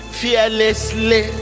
fearlessly